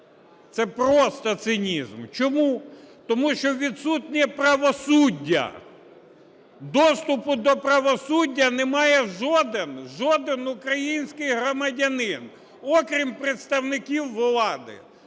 Це просто цинізм! Чому? Тому що відсутнє правосуддя. Доступу до правосуддя не має жоден, жоден український громадянин, окрім представників влади.